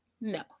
No